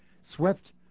Swept